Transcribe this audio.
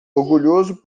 orgulhoso